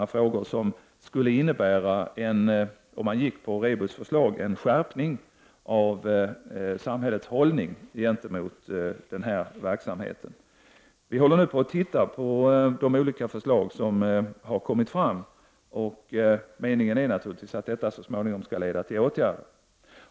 Att följa REBUS-utredningens förslag på dessa punkter skulle innebära en skärpning av samhällets håll ning gentemot denna verksamhet. Vi håller nu på att studera de olika förslag som har kommit fram, och meningen är naturligvis att detta så småningom skall leda till åtgärder.